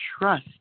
trust